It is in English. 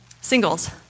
Singles